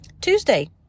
Tuesday